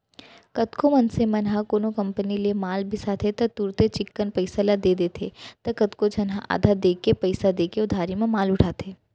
कतको मनसे मन ह कोनो कंपनी ले माल बिसाथे त तुरते चिक्कन पइसा ल दे देथे त कतको झन ह आधा देके पइसा देके उधारी म माल उठाथे